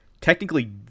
technically